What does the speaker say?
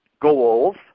goals